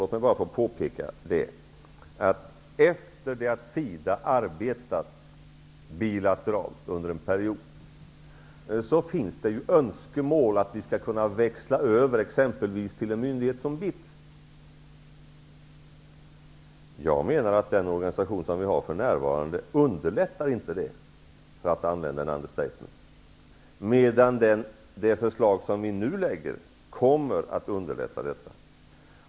Låt mig påpeka att det finns önskemål om att vi skall kunna föra över verksamhet till exempelvis en myndighet som BITS efter det att SIDA arbetat bilateralt under en period. Jag menar att den organisation som vi för närvarande har inte underlättar ett sådant arbetssätt, för att använda ett understatement. Det förslag som regeringen nu lägger fram kommer att underlätta detta.